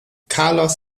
carlos